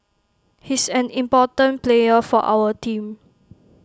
he's an important player for our team